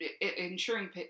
ensuring